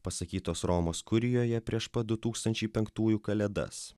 pasakytos romos kurijoje prieš pat du tūkstančiai penktųjų kalėdas